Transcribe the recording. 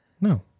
No